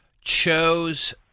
chose